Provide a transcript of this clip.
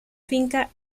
finca